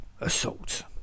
assault